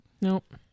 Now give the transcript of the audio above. Nope